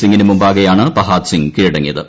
സിംഗിന് മുമ്പാകെയാണ് പഹാദ്സിംഗ്ഗ് കീഴടങ്ങിയത്